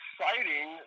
citing